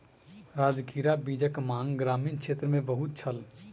राजगिरा बीजक मांग ग्रामीण क्षेत्र मे बहुत छल